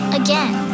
again